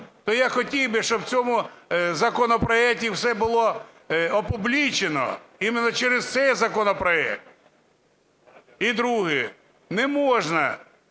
То я хотів би, щоб в цьому законопроекті все було опублічено, именно через цей законопроект. І друге. Не можна